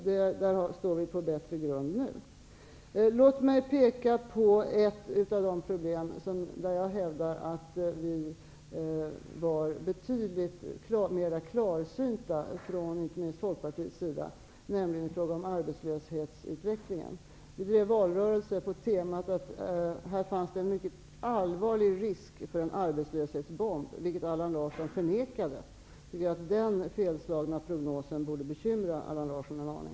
Vi står på bättre grund nu. Låt mig peka på ett av de problem där jag hävdar att vi, inte minst från Folkpartiets sida, var betydligt mer klarsynta: arbetslöshetsutvecklingen. Vi drev valrörelse på temat att det fanns en mycket allvarlig risk för en arbetslöshetsbomb, ett faktum som Allan Larsson förnekade. Den felslagna prognosen borde bekymra Allan Larsson en aning.